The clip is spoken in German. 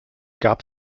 gab